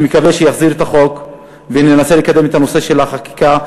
אני מקווה שיחזיר את החוק וננסה לקדם את הנושא של החקיקה,